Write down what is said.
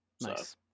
Nice